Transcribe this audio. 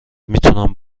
میتونم